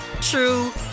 true